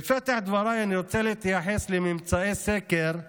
בפתח דבריי אני רוצה להתייחס לממצאי סקר,